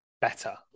better